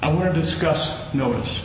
i want to discuss notice